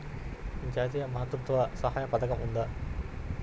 జాతీయ మాతృత్వ సహాయ పథకం ఉందా?